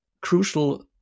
Crucial